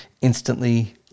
instantly